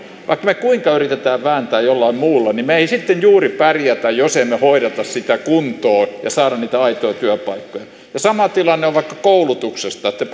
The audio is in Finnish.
me kuinka yritämme vääntää jollain muulla me emme sitten juuri pärjää jos emme hoida sitä kuntoon ja saa niitä aitoja työpaikkoja sama tilanne on vaikka koulutuksessa te